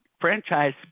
franchise